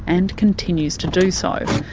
and continues to do so,